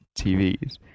TVs